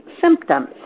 symptoms